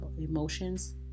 emotions